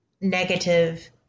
negative